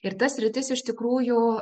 ir ta sritis iš tikrųjų